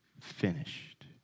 Finished